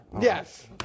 yes